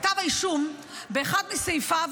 בכתב האישום, באחד מסעיפיו,